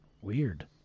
Weird